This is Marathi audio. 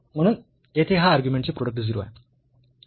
म्हणून येथे हे अर्ग्युमेंट चे प्रोडक्ट 0 आहे